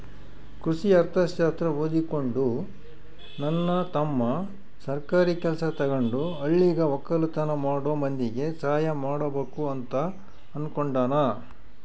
ಕೃಷಿ ಅರ್ಥಶಾಸ್ತ್ರ ಓದಿಕೊಂಡು ನನ್ನ ತಮ್ಮ ಸರ್ಕಾರಿ ಕೆಲ್ಸ ತಗಂಡು ಹಳ್ಳಿಗ ವಕ್ಕಲತನ ಮಾಡೋ ಮಂದಿಗೆ ಸಹಾಯ ಮಾಡಬಕು ಅಂತ ಅನ್ನುಕೊಂಡನ